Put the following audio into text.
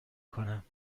کنم